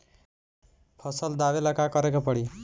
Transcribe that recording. फसल दावेला का करे के परी?